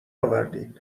آوردین